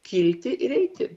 kilti ir eiti